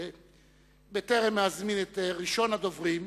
בטרם אזמין את ראשון הדוברים,